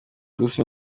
bruce